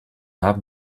haben